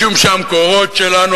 משום שהמקורות שלנו,